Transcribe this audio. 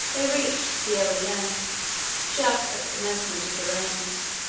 they reached sierra leone just at the commencement of the rains.